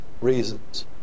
reasons